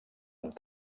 amb